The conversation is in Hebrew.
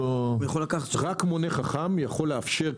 רק מונה חכם יכול לאפשר.